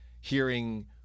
hearing